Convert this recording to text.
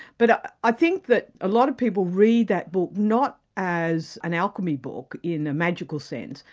but ah i think that a lot of people read that book not as an alchemy book in the magical sense,